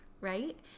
right